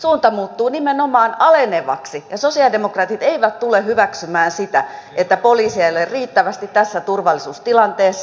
suunta muuttuu nimenomaan alenevaksi ja sosialidemokraatit eivät tule hyväksymään sitä että poliiseja ei ole riittävästi tässä turvallisuustilanteessa